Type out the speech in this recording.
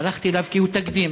הלכתי אליו כי הוא תקדים.